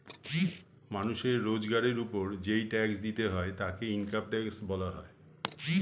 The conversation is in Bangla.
মানুষের রোজগারের উপর যেই ট্যাক্স দিতে হয় তাকে ইনকাম ট্যাক্স বলা হয়